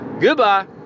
Goodbye